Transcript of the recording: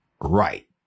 right